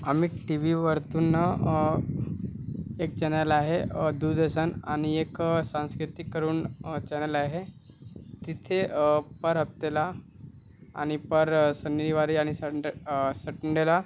आम्ही टीवीवरतून ना एक चॅनल आहे दूरदर्शन आणि एक सांस्कृतिक करून चॅनेल आहे तिथे पर हफ्त्याला आणि पर शनिवारी आणि संडे संडेला